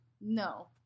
no